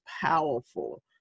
powerful